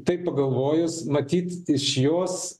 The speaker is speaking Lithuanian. tai pagalvojus matyt iš jos